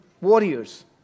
warriors